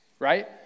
Right